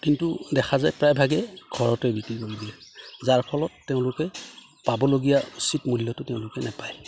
কিন্তু দেখা যায় প্ৰায়ভাগে ঘৰতে বিক্ৰী কৰি দিয়ে যাৰ ফলত তেওঁলোকে পাবলগীয়া উচিত মূল্যটো তেওঁলোকে নাপায়